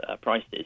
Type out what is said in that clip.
prices